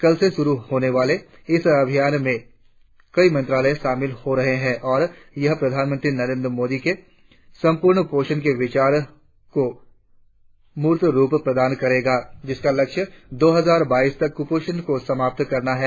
कल से शुरु होने वाले इस अभियान में कई मंत्रालय शामिल हो रहे हैं और यह प्रधानमंत्री नरेंद्र मोदी के संपूर्ण पोषण के विचार को मूर्त रुप प्रदान करेगा जिसका लक्ष्य दो हजार बाईस तक कुपोषण को समाप्त करना है